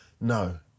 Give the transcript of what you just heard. No